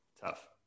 Tough